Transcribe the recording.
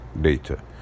data